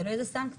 תלוי איזה סנקציה,